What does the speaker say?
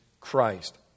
Christ